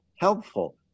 helpful